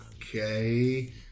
okay